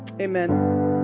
Amen